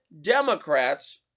Democrats